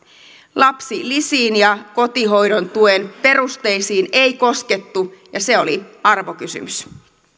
lapsilisiin ja kotihoidon tuen perusteisiin ei koskettu ja se oli arvokysymys